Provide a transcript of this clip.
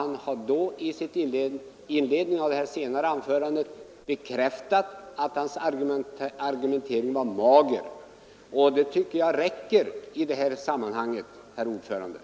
Han har i inledningen av sitt senare anförande bekräftat att hans argumentering var mager, och det tycker jag räcker i detta sammanhang, herr talman!